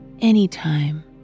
anytime